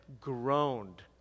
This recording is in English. groaned